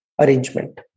arrangement